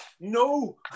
No